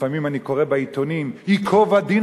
שלפעמים אני קורא בעיתונים: "ייקוב הדין